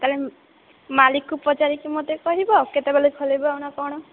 ତା'ହେଲେ ମାଲିକକୁ ପଚାରିକି ମୋତେ କହିବ କେତେବେଳେ ଖୋଲିବ ନା କ'ଣ